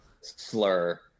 slur